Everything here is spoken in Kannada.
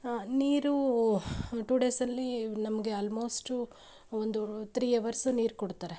ನೀರು ಟು ಡೇಸಲ್ಲಿ ನಮಗೆ ಆಲ್ಮೋಸ್ಟು ಒಂದು ತ್ರೀ ಅವರ್ಸ್ ನೀರು ಕೊಡ್ತಾರೆ